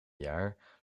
jaar